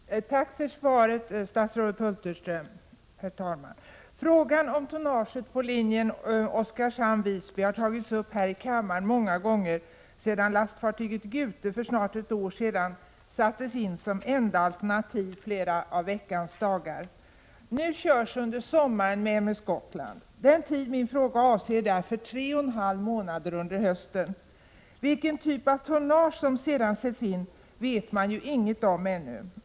Herr talman! Tack för svaret, statsrådet Hulterström. Frågan om tonnaget på linjen Oskarshamn-Visby har tagits upp här i kammaren många gånger sedan lastfartyget Gute för snart ett år sedan sattes in som enda alternativ flera av veckans dagar. Nu körs under sommaren med M/S Gotland. Den tid min fråga avser är därför tre och en halv månader under hösten. Vilken typ av tonnage som sedan sätts in vet man ju inget om ännu.